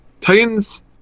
Titans